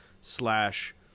slash